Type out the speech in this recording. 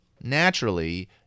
naturally